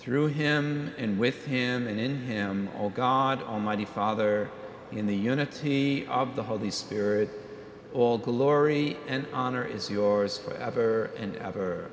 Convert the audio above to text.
through him in with him and in him all god almighty father in the unity of the holy spirit all glory and honor is yours forever and ever